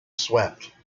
swept